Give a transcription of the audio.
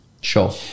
Sure